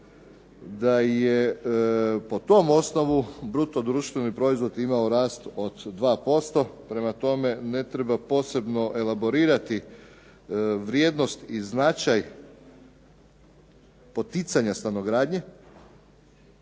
da je po tom osnovu bruto društveni proizvod rast od 2%. Prema tome, ne treba posebno elaborirati vrijednost i značaj poticanja stanogradnje.